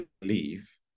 believe